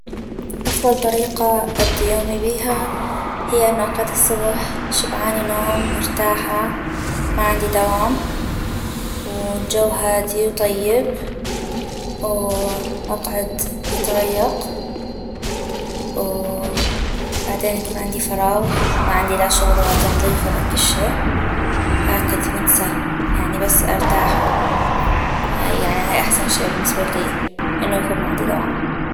أفضل طريقة ابدي يومي بيها هي أنو أقعد الصبح شبعاني نوم مرتاحة ما عندي دوام والجو هادئ وطيب وأقعد أتغيّق وبعدين يكون عندي فراغ وما عندي لا شغل ولا تنظيف ولا كشي هاكذ ونسى يعني بس ارتاح وهاي أحسن شئ بالنسبة لي أنو يكون مع عندي دوام